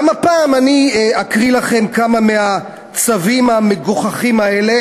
גם הפעם אני אקריא לכם כמה מהצווים המגוחכים האלה